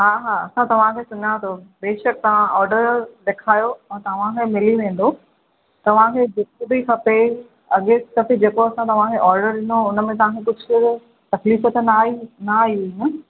हा हा असां तव्हांखे सुञातो बेशक तव्हां ऑडर ॾेखारियो ऐं तव्हांखे मिली वेंदो तव्हांखे जेतिरी खपे अॻे दफ़े जेको असां तव्हांखे ऑडर ॾिनो हुन में तव्हांखे कुझु तकलीफ़ त न आई न आई हुई न